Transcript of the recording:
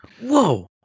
Whoa